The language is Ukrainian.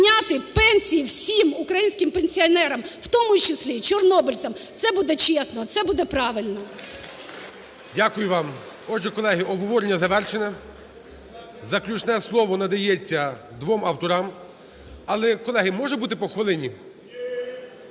Дякую вам. Отже, колеги, обговорення завершене. Заключне слово надається двом авторам. Але, колеги, може бути по хвилині? По три